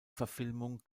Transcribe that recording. verfilmung